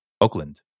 Oakland